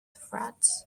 frauds